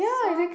so